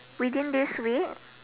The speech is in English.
within this week